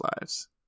lives